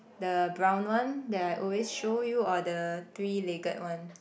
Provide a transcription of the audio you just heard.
the brown one that I always show you or the three legged one